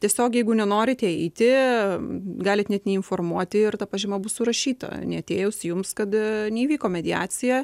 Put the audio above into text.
tiesiog jeigu nenorit eiti galit net neinformuoti ir ta pažyma bus surašyta neatėjus jums kada neįvyko mediacija